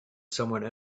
someone